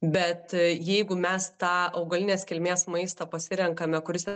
bet jeigu mes tą augalinės kilmės maistą pasirenkame kuris